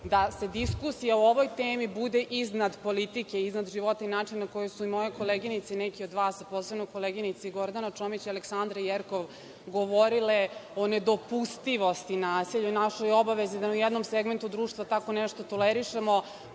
da diskusija o ovoj temi bude iznad politike, iznad života i načina na koje su i moje koleginice i neki od vas, a posebno koleginice Gordana Čomić i Aleksandra Jerkov govorile o nedopustivosti nasilju i našoj obavezi da ni u jednom segmentu društva tako nešto tolerišemo.